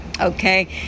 okay